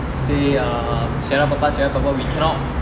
say err sierra papa sierra papa we cannot